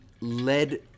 led